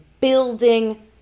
building